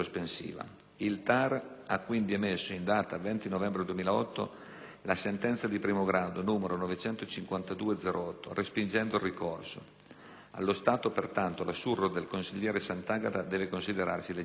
Il TAR ha quindi emesso, in data 20 novembre 2008, la sentenza dì primo grado n. 952/08, respingendo il ricorso. Allo stato, pertanto, la surroga del consigliere Santagata deve considerarsi legittima.